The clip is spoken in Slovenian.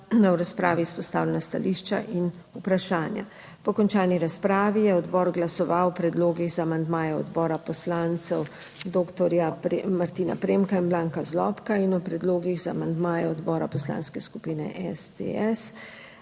v razpravi izpostavljena stališča in vprašanja. Po končani razpravi je odbor glasoval o predlogih za amandmaje odbora poslancev doktorja Martina Premka in Branka Zlobka in o predlogih za amandmaje odbora Poslanske skupine SDS.